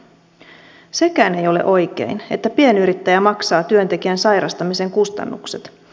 sekään ei ole oikein että pienyrittäjä maksaa työntekijän sairastamisen kustannukset